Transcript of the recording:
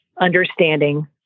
understanding